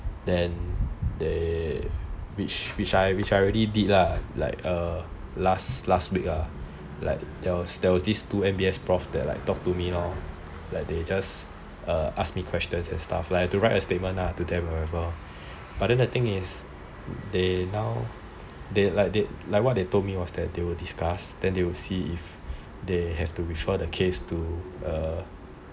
then they which I already did ah last week ah there was these two M_B_S prof that talk to me lor they just ask me questions and stuff like I had to write a statement lah to them or whatever then the thing is they now like what the told me is they will discuss and they will see if they will need to refer the case to